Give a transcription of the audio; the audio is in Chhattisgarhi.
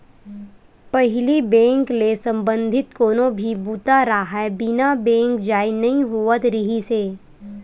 पहिली बेंक ले संबंधित कोनो भी बूता राहय बिना बेंक जाए नइ होवत रिहिस हे